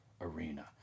arena